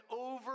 over